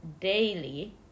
daily